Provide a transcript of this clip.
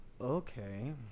Okay